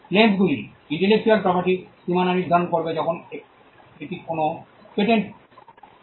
claims গুলি intellectual প্রপার্টির সীমানা নির্ধারণ করবে যখন এটি কোনও পেটেন্ট ডানদিকে আসে